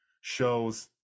shows